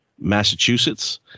Massachusetts